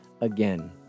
again